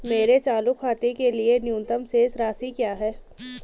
मेरे चालू खाते के लिए न्यूनतम शेष राशि क्या है?